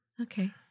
Okay